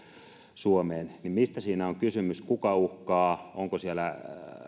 suomeen mistä siinä on kysymys kuka uhkaa onko siellä